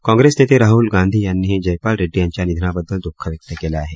काँप्रेस नेते राहूल गांधी यांनीही जयपाल रेड्डी यांच्या निधनाबद्दल दुःख व्यक्त केलं आहे